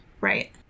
Right